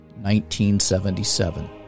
1977